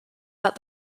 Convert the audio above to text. that